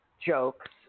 jokes